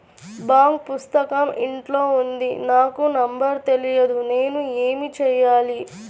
Bank పుస్తకం ఇంట్లో ఉంది నాకు నంబర్ తెలియదు నేను ఏమి చెయ్యాలి?